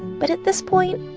but at this point,